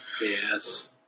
yes